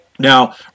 Now